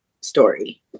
story